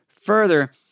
further